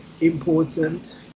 important